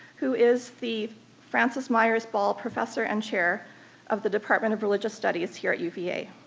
who is the frances myers ball professor and chair of the department of religious studies here at uva.